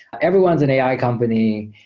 everyone's an ai company.